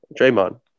Draymond